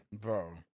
Bro